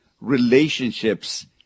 relationships